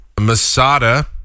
Masada